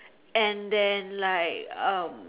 and then like um